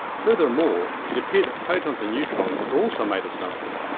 furthermore, it appeared that protons and neutrons are also made of something.